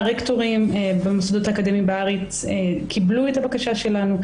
הרקטורים והמוסדות האקדמיים בארץ קיבלו את הבקשה שלנו.